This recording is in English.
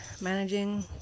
managing